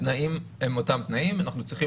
התנאים הם אותם תנאים אנחנו צריכים